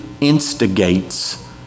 instigates